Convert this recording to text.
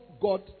God